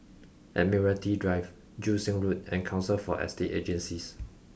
Admiralty Drive Joo Seng Road and Council for Estate Agencies